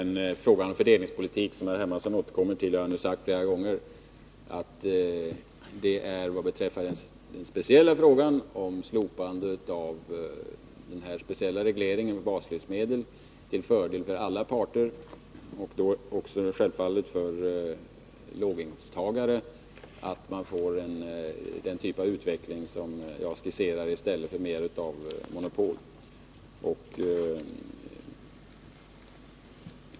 I frågan om fördelningspolitiken, som herr Hermansson återkommer till, har jag nu sagt flera gånger att slopande av specialregleringar på baslivsmedel är till fördel för alla parter, och då självfallet också för låginkomsttagare. Det är alltså bättre att vi får den typ av utveckling som jag skisserar i stället för mer monopol.